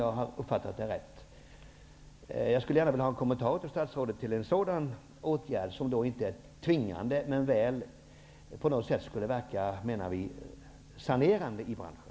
Jag skulle gärna vilja höra statsrådets kommentar till en sådan åtgärd. En sådan nämnd skulle inte vara tvingande, men vi menar att den skulle verka sanerande i branschen.